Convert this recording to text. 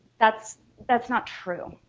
that's that's not true.